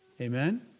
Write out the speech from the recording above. Amen